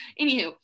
Anywho